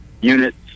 units